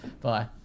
bye